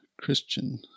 Christian